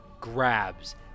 grabs